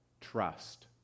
trust